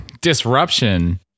Disruption